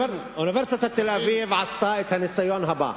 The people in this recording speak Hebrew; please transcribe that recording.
אוניברסיטת תל-אביב עשתה את הניסיון הבא: